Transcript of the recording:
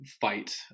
fight